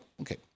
okay